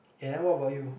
eh then what about you